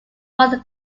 father